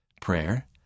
prayer